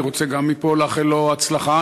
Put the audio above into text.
אני רוצה גם מפה לאחל לו הצלחה.